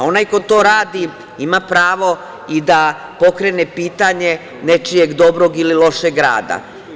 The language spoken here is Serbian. Onaj ko to radi ima pravo i da pokrene potanje nečijeg dobrog ili lošeg rada.